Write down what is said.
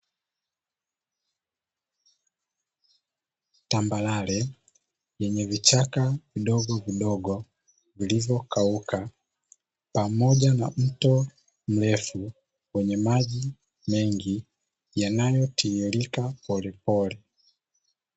Tambarare yenye vichaka vidogovidogo, vilivyokauka pamoja na mto mrefu wenye maji mengi yanayotiririka polepole.